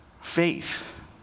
faith